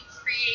create